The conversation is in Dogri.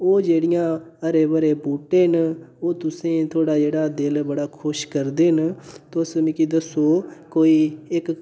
ओह् जेह्ड़ियां हरे भरे बूह्टे न तुसें थोह्ड़ा जेह्ड़ा दिल बड़ा खुश करदे न तुस मिगी दस्सो कोई इक